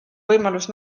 võimalus